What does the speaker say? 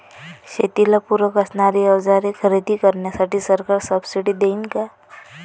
शेतीला पूरक असणारी अवजारे खरेदी करण्यासाठी सरकार सब्सिडी देईन का?